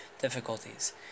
difficulties